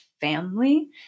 family